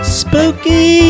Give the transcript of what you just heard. spooky